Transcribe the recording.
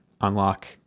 unlock